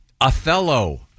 Othello